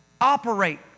Operate